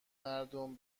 مردم